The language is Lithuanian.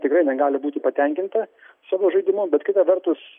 tikrai negali būti patenkinta savo žaidimu bet kita vertus